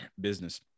business